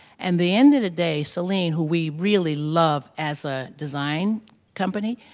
and the end of the day celine, who we really love as a design company,